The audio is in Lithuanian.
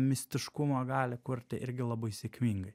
mistiškumą gali kurti irgi labai sėkmingai